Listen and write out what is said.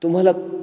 तुम्हाला